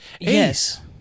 yes